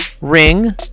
Ring